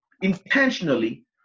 intentionally